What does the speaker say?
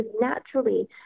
naturally